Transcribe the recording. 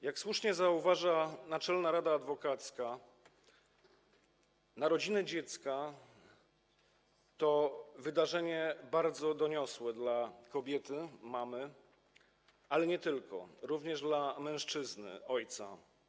Jak słusznie zauważa Naczelna Rada Adwokacka, narodziny dziecka to wydarzenie bardzo doniosłe dla kobiety mamy, ale nie tylko, również dla mężczyzny ojca.